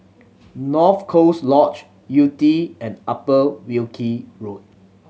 North Coast Lodge Yew Tee and Upper Wilkie Road